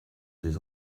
des